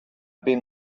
been